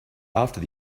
after